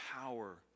power